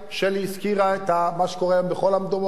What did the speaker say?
שלי הזכירה את מה שקורה היום בכל המקומות,